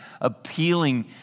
appealing